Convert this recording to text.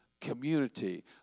community